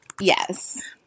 Yes